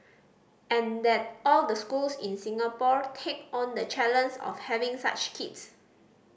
and that all the schools in Singapore take on the challenge of having such kids